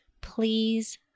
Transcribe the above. please